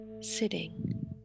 sitting